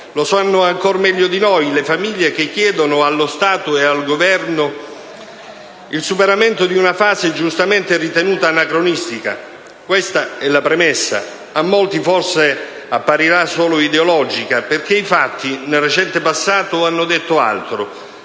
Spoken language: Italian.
lo sanno, ancor meglio di noi, le famiglie che chiedono alla Stato e al Governo il superamento di una fase giustamente ritenuta anacronistica. Questa, è la premessa che a molti, forse, apparirà solo ideologica perché i fatti, nel recente passato, hanno detto altro.